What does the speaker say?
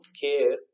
care